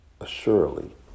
assuredly